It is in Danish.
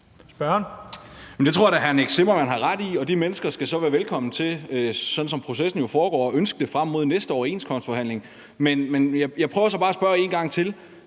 Det tror jeg da hr. Nick Zimmermann har ret i, og de mennesker skal så være velkomne til, sådan som processen jo foregår, at ønske det frem mod næste overenskomstforhandling. Men jeg prøver så bare at spørge en gang til,